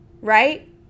right